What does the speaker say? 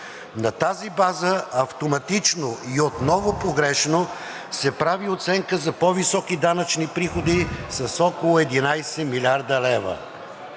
На тази база автоматично и отново погрешно се прави оценка за по-високи данъчни приходи с около 11 млрд. лв.